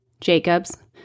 jacobs